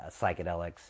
Psychedelics